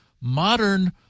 modern